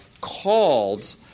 called